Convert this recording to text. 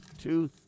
two